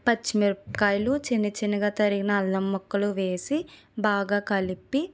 పచ్చి మిరపకాయలు చిన్న చిన్నగా తరిగిన అల్లం ముక్కలు వేసి బాగా కలిపి